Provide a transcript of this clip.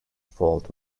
fault